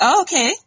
Okay